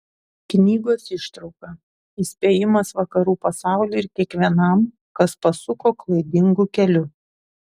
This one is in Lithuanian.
knygos ištrauka įspėjimas vakarų pasauliui ir kiekvienam kas pasuko klaidingu keliu